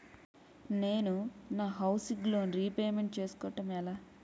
నేను నా housing loan repayment చేసుకోవటం ఎలా?